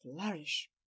flourish